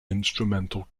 instrumental